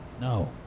No